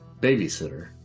babysitter